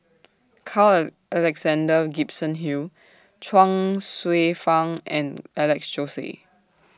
Carl Alexander Gibson Hill Chuang Hsueh Fang and Alex Josey